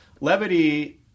levity